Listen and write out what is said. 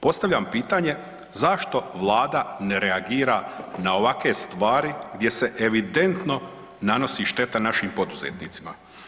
Postavljam pitanje zašto Vlada ne reagira na ovakve stvari gdje se evidentno nanosi šteta našim poduzetnicima?